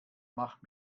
mach